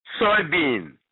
Soybean